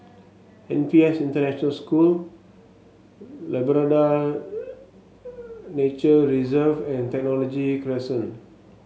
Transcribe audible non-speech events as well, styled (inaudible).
N P S International School Labrador (noise) Nature Reserve and Technology Crescent